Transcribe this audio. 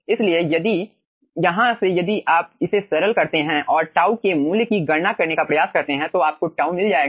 इसलिए यहाँ से यदि आप इसे सरल करते हैं और टाउ के मूल्य की गणना करने का प्रयास करते हैं तो आपको टाउ मिल जाएगा